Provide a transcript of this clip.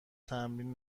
تمرین